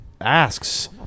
asks